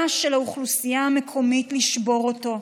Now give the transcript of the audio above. של האוכלוסייה המקומית לשבור אותו".